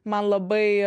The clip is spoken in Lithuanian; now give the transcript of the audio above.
man labai